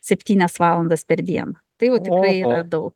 septynias valandas per dieną tai jau tikrai yra daug